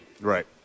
Right